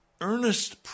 Earnest